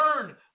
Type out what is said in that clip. Turn